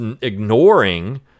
ignoring